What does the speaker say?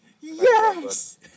yes